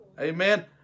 amen